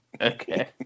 Okay